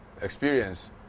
experience